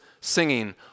singing